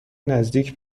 نزدیک